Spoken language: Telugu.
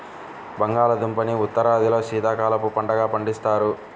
బంగాళాదుంపని ఉత్తరాదిలో శీతాకాలపు పంటగా పండిస్తారు